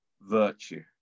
virtue